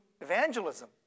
evangelism